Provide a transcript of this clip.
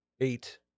eight